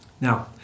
Now